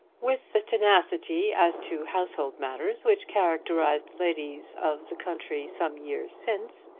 with the tenacity as to household matters which characterised the ladies of the country some years since,